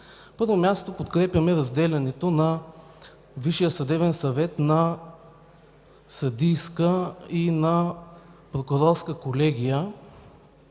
първо място, подкрепяме разделянето на Висшия съдебен съвет на съдийска и прокурорска колегии.